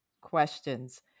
questions